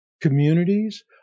communities